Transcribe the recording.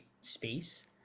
space